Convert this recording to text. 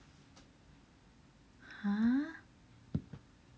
!huh!